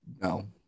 No